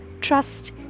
trust